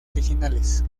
originales